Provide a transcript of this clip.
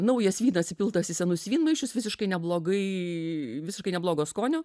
naujas vynas įpiltas į senus vynmaišius visiškai neblogai visiškai neblogo skonio